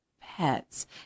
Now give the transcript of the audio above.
pets